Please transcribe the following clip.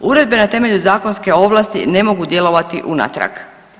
Uredbe na temelju zakonske ovlasti ne mogu djelovati unatrag.